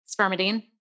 Spermidine